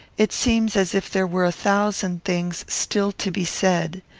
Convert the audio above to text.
it seems as if there were a thousand things still to be said.